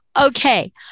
Okay